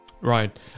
Right